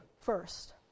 first